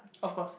of course